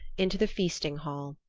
into the feasting hall.